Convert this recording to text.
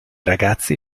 ragazzi